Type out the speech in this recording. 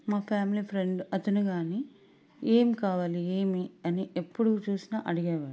మా family friend అతను కానీ ఏం కావాలి ఏమి అని ఎప్పుడు చూసినా అడిగేవాడు